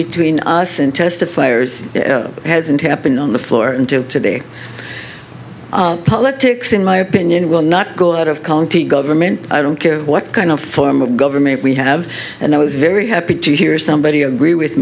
between us and testifiers hasn't happened on the floor until today politics in my opinion will not go out of county government i don't care what kind of form of government we have and i was very happy to hear somebody agree with